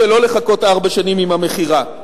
ולא לחכות ארבע שנים עם המכירה.